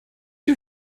you